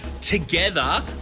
together